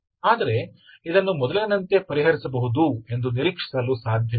ಆದರೆ ಇದನ್ನು ಮೊದಲಿನಂತೆ ಪರಿಹರಿಸಬಹುದು ಎಂದು ನಿರೀಕ್ಷಿಸಲು ಸಾಧ್ಯವಿಲ್ಲ